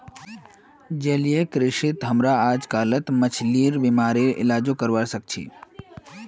जलीय कृषित हमरा अजकालित मछलिर बीमारिर इलाजो करवा सख छि